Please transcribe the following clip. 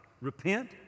Repent